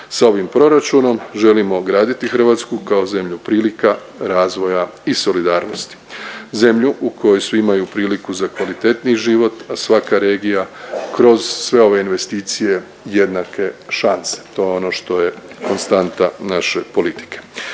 S ovim proračunom želimo graditi Hrvatsku kao zemlju prilika, razvoja i solidarnosti. Zemlju u kojoj svi imaju priliku za kvalitetniji život a svaka regija kroz sve ove investicije jednake šanse. To je ono što je konstanta naše politike.